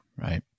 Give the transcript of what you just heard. Right